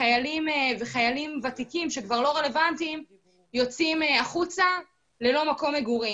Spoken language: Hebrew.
וחיילים ותיקים שכבר לא רלוונטיים יוצאים החוצה ללא מקום מגורים.